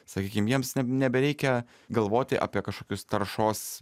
sakykim jiems nebereikia galvoti apie kažkokius taršos